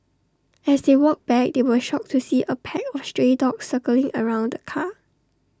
as they walked back they were shocked to see A pack of stray dogs circling around the car